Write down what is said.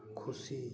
ᱠᱷᱩᱥᱤ